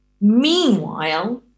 meanwhile